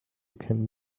can